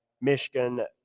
michigan